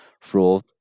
fraud